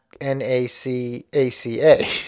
N-A-C-A-C-A